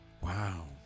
Wow